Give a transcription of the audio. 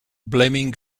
blaming